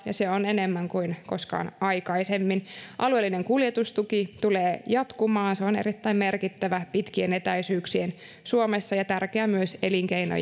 ja se on enemmän kuin koskaan aikaisemmin alueellinen kuljetustuki tulee jatkumaan se on erittäin merkittävä pitkien etäisyyksien suomessa ja myös tärkeä elinkeino